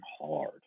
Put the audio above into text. hard